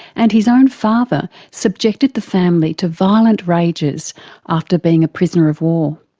and his own father subjected the family to violent rages after being a prisoner of war.